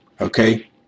okay